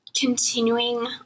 continuing